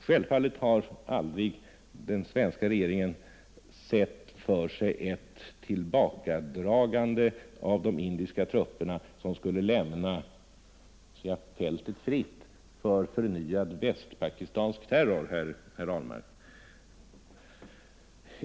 Naturligtvis har den svenska regeringen aldrig sett ett tillbakadragande av de indiska trupperna på det sättet, att Indien skulle lämna fältet fritt för förnyad västpakistansk terror, herr Ahlmark!